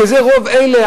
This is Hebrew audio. רוב אלה,